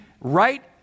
right